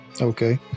Okay